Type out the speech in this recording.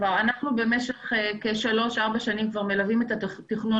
במשך שלוש-ארבע שנים אנחנו מלווים את התכנון